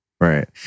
right